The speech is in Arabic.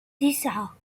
تسعة